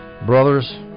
Brothers